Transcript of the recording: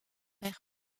père